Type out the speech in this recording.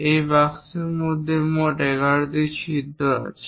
এই বাক্সের জন্য মোট 11টি ছিদ্র আছে